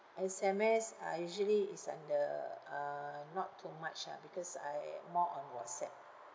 S_M_S uh usually is under uh not too much ah because I more on whatsapp